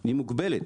היא מוגבלת